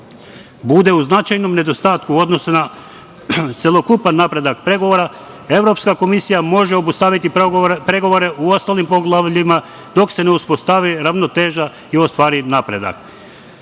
bude u značajnom nedostatku u odnosu na celokupan napredak pregovora, Evropska komisija može obustaviti pregovore u ostalim poglavljima dok se ne uspostavi ravnoteža i ostvari napredak.